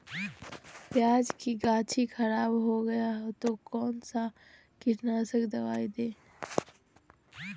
प्याज की गाछी खराब हो गया तो कौन सा कीटनाशक दवाएं दे?